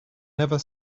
never